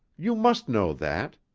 you must know that.